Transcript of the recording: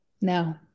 No